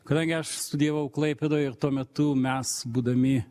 kadangi aš studijavau klaipėdoj ir tuo metu mes būdami